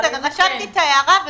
רשמתי את ההערה.